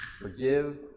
Forgive